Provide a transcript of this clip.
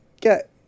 get